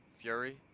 Fury